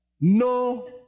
no